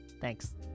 Thanks